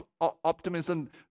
optimism